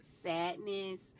sadness